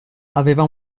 aveva